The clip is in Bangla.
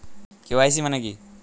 কে.ওয়াই.সি মানে কী?